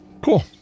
Cool